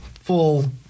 full